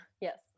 yes